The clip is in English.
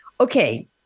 Okay